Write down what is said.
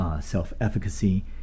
self-efficacy